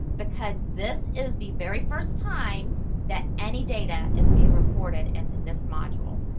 because this is the very first time that any data is being reported into this module.